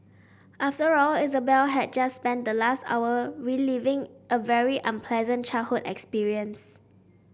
after all Isabel had just spent the last hour reliving a very unpleasant childhood experience